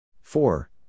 Four